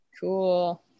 Cool